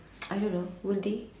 I don't know will they